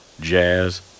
Jazz